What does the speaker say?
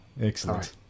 Excellent